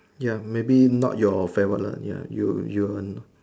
ya maybe not your favourite lor ya you you